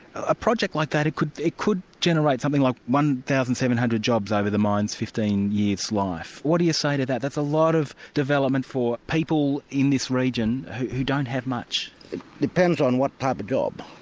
a project like that, it could it could generate something like one thousand seven hundred jobs over the mine's fifteen year life. what do you say to that? that's a lot of development for people in this region who don't have much. it depends on what type of job.